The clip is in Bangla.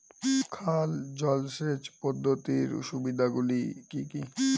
খাল জলসেচ পদ্ধতির সুবিধাগুলি কি কি?